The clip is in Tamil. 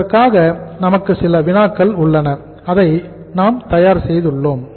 இதற்காக நமக்கு சில வினாக்கள் உள்ளன அதை நாங்கள் தயார் செய்துள்ளோம்